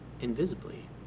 invisibly